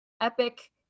epic